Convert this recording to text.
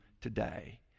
today